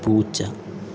പൂച്ച